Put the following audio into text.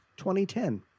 2010